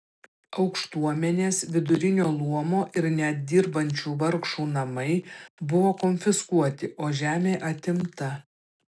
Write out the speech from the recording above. aukštuomenės vidurinio luomo ir net dirbančių vargšų namai buvo konfiskuoti o žemė atimta